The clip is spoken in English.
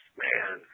man